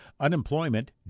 Unemployment